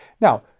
Now